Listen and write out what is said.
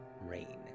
rain